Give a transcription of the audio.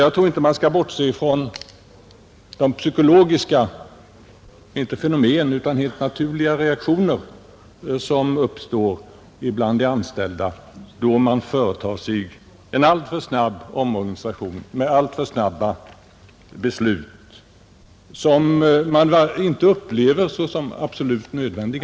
Jag tror inte att man kan bortse från de psykologiska, helt naturliga reaktioner — alltså inte fenomen — som uppstår bland de anställda då man genomför en omorganisation genom alltför snabba beslut, som inte upplevs såsom absolut nödvändiga.